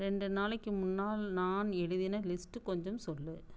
ரெண்டு நாளைக்கு முன்னால் நான் எழுதின லிஸ்ட்டு கொஞ்சம் சொல்லு